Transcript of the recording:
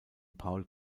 paul